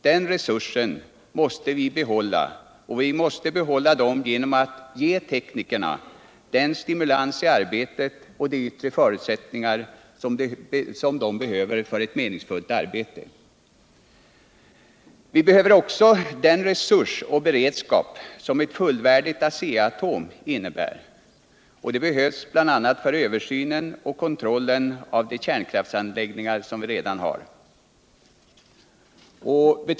Den resursen måste vi behålla genom att ge teknikerna den stimulans i arbetet och de vttre förutsättningar som de behöver för ett meningsfullt arbete. Vi behöver också den resurs och den kunskap som ctt fullvärdigt Asea Atom innebär. Det behövs bl.a. för översynen och kontrollen av de kärnkraftsanläggningar som vi redan har.